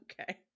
Okay